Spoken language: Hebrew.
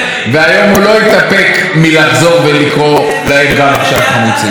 הוא לא התאפק מלחזור ולקרוא להם גם עכשיו חמוצים.